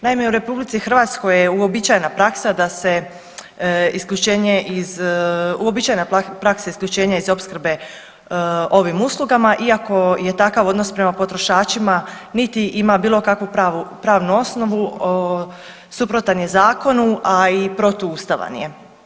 Naime u Republici Hrvatskoj je uobičajena praksa da se isključenje iz, uobičajena praksa isključenja iz opskrbe ovim uslugama iako je takav odnos prema potrošačima niti ima bilo kakvu pravnu osnovu, suprotan je zakonu a i protuustavan je.